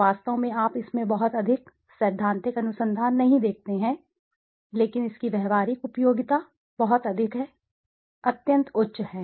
वास्तव में आप इसमें बहुत अधिक सैद्धांतिक अनुसंधान नहीं देखते हैं लेकिन इसकी व्यावहारिक उपयोगिता बहुत अधिक है अत्यंत उच्च है